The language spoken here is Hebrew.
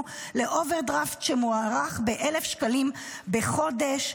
לאוברדרפט שמוערך ב-1,000 שקלים בחודש.